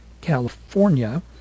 california